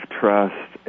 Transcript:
trust